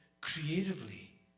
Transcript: creatively